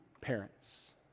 parents